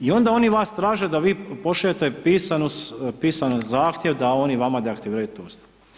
I onda oni vas traže da vi pošaljete pisan zahtjev da oni vama deaktiviraju tu uslugu.